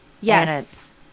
yes